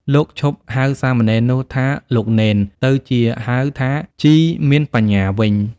លោកឈប់ហៅសាមណេរនោះថា "លោកនេន" ទៅជាហៅថា "ជីមានបញ្ញា" វិញ។